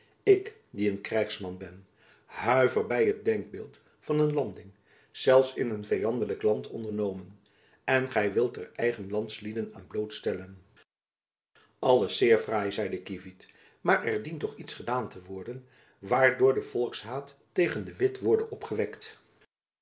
ik die een krijgsman ben huiver by het denkbeeld van een landing zelfs in een vyandelijk land ondernomen en gy wilt er eigen landslieden aan blootstellen alles zeer fraai zeide kievit maar er dient toch iets gedaan te worden waardoor de volkshaat tegen de witt worde opgewekt